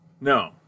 No